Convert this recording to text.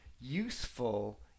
useful